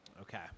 Okay